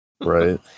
Right